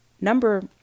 number